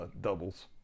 doubles